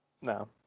No